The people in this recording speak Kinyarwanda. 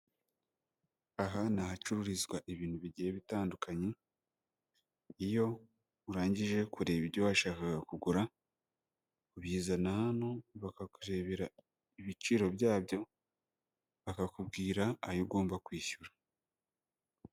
Aha ni ahacururizwa ibintu bigiye bitandukanye, iyo urangije kureba ibyo washakaga kugura, ubizana hano bakakurebera ibiciro byabyo, bakakubwira ayo ugomba kwishyura.